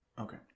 Okay